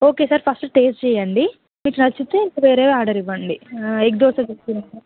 okay sir first taste చేయండి మీకు నచ్చితే ఇంకా వేరేవి ఆర్డర్ ఇవ్వండి ఎగ్ దోశ